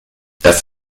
das